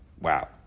Wow